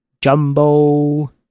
Jumbo